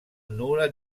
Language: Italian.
nulla